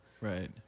Right